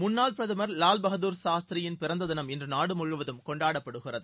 முன்னாள் பிரதமர் லால் பகதுார் சாஸ்திரியின் பிறந்த தினம் இன்று நாடு முழுவதும் கொண்டாடப்படுகிறது